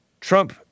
Trump